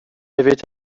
avit